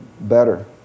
better